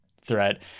threat